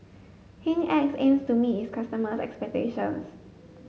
Hygin X aims to meet its customers' expectations